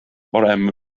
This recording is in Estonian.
parema